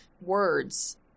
words